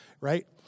Right